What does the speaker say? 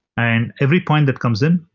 and every point that comes in,